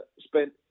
Spent